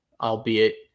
albeit